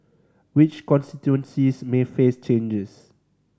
which constituencies may face changes